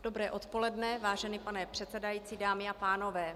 Dobré odpoledne, vážený pane předsedající, dámy a pánové.